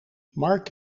marc